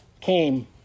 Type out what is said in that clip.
came